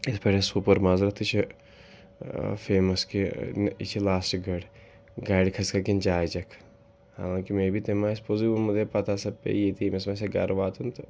یِتھ پٲٹھۍ اَسہِ سوپوٗر مَازرَتھ تہِ چھِ فیمَس کہِ یہِ چھِ لاسٹ گٲڑۍ گاڑِ کھَسکا کِنۍ چاے چَکھ حالانٛکہِ مے بھی تٔمۍ ما آسہِ پوٚزُے ووٚنمُت ہے پَتہٕ ہَسا پیٚیہِ ییٚتی ییٚمِس ما آسِہ ہے گَرٕ واتُن تہٕ